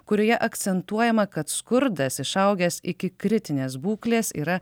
kurioje akcentuojama kad skurdas išaugęs iki kritinės būklės yra